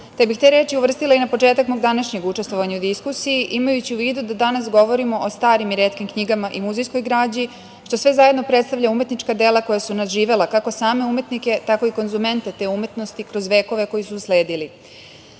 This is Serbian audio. Te reči bih uvrstila i na početak mog današnjeg učestvovanja u diskusiji imajući u vidu da danas govorimo o starim i retkim knjigama i muzejskoj građi što sve zajedno predstavlja umetnička dela koja su nadživela kako same umetnike tako i konzumente te umetnosti kroz vekove koji su usledili. Predlog